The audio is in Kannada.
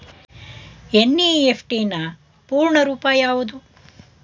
ಎನ್.ಇ.ಎಫ್.ಟಿ ನ ಪೂರ್ಣ ರೂಪ ಯಾವುದು?